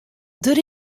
der